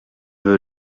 veux